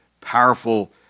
powerful